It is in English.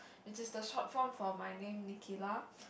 which is the short form for my name Nickila